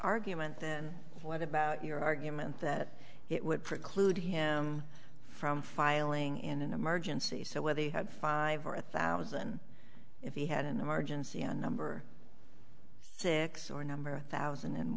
argument then what about your argument that it would preclude him from filing in an emergency so whether he had five or a thousand if he had an emergency number six or number thousand and